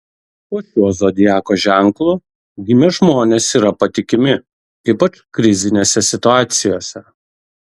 po šiuo zodiako ženklu gimę žmonės yra patikimi ypač krizinėse situacijose